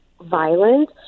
violent